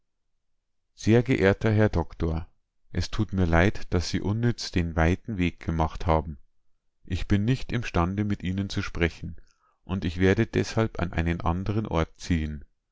sehr geehrter herr doktor es tut mir leid daß sie unnütz den weiten weg gemacht haben ich bin nicht imstande mit ihnen zu sprechen und ich werde deshalb an einen andern ort ziehen